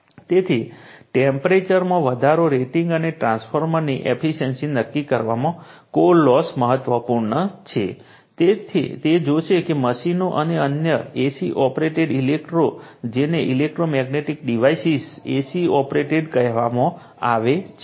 તેથી ટેમ્પરેચરમાં વધારો રેટિંગ અને ટ્રાન્સફોર્મરની એફિશિયન્સી નક્કી કરવામાં કોર લોસ મહત્વપૂર્ણ છે તે જોશે કે મશીનો અને અન્ય AC ઑપરેટેડ ઇલેક્ટ્રો જેને ઇલેક્ટ્રોમેગ્નેટિક ડિવાઇસીસમાં AC ઑપરેટેડ કહેવામાં આવે છે